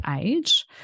age